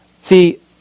See